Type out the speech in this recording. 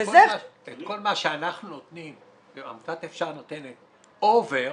את כל מה שאנחנו נותנים ועמותת "אפשר" נותנת אובר,